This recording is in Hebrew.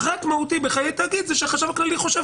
פרט מהותי בחיי תאגיד זה שהחשכ"ל חושב